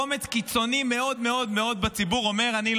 קומץ קיצוני מאוד מאוד בציבור אומר: אני,